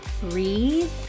breathe